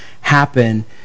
happen